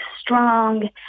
strong